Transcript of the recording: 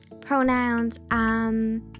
pronouns